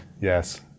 yes